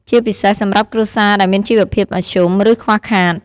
ជាពិសេសសម្រាប់គ្រួសារដែលមានជីវភាពមធ្យម ឬខ្វះខាត។